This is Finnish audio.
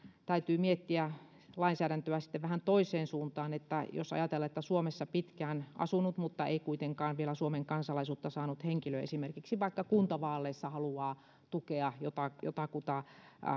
täytyy miettiä lainsäädäntöä vähän toiseen suuntaan jos ajatellaan että suomessa pitkään asunut mutta ei kuitenkaan vielä suomen kansalaisuutta saanut henkilö esimerkiksi vaikka kuntavaaleissa haluaa tukea jotakuta